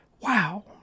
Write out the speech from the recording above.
wow